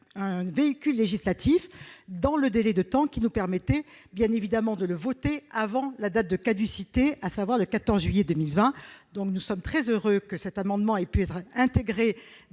un véhicule législatif dans le délai nous permettant de le voter avant la date de caducité, à savoir le 14 juillet 2020. Nous sommes très heureux que cet amendement puisse être intégré